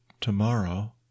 tomorrow